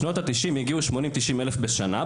בשנות ה-90 הגיעו 80,000-90,000 עולים בשנה,